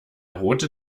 rote